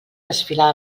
desfilar